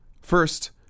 First